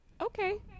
Okay